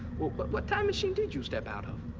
but what time machine did you step out of?